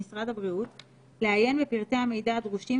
גישה למידעבמשרד הבריאות לעיין בפרטי המידע הדרושים,